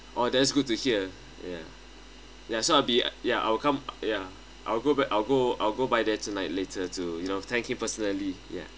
oh that's good to hear ya ya so I'll be ya I'll come ya I'll go back I'll go I'll go by there tonight later to you know thank him personally yeah